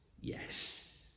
yes